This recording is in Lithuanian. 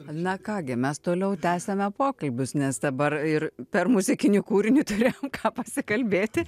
na ką gi mes toliau tęsiame pokalbius nes dabar ir per muzikinį kūrinį turi ką pasikalbėti